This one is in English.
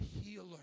healer